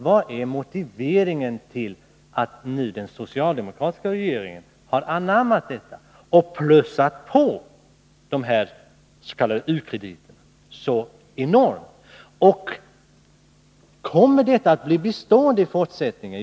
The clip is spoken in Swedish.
Vad är motivet till att den socialdemokratiska regeringen nu har anammat detta synsätt och plussat på de s.k. u-krediterna alldeles enormt? Kommer detta att bli bestående i fortsättningen?